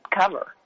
cover